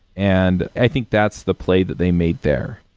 and i think that's the play that they made there.